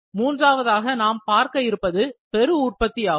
மூன்றாவதாக நாம் பார்க்க இருப்பது பெரு உற்பத்தியாகும்